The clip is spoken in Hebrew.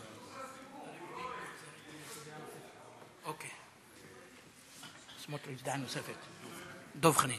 כבוד היושב-ראש, ד"ר אחמד